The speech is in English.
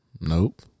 Nope